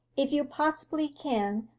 if you possibly can,